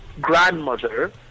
grandmother